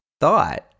thought